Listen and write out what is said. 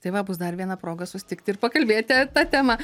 tai va bus dar viena proga susitikt ir pakalbėti ta tema